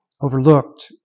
overlooked